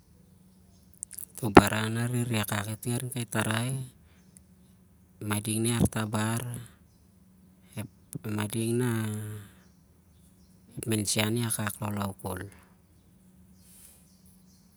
Toh baran nah rehreh akak i- ting on- kai tarai, mading nah i hartabar, mading nah ep minsian ikak laulau khol.